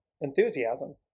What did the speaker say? enthusiasm